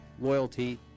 loyalty